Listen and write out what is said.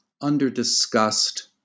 under-discussed